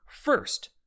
First